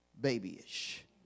babyish